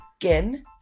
skin